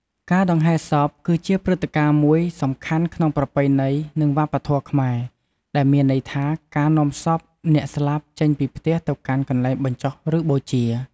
ការដង្ហែសព គឺជាព្រឹត្តិការណ៍មួយសំខាន់ក្នុងប្រពៃណី និងវប្បធម៌ខ្មែរ ដែលមានន័យថា ការនាំសពអ្នកស្លាប់ចេញពីផ្ទះទៅកាន់កន្លែងបញ្ចុះ ឬបូជា។